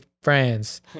Friends